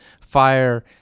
FIRE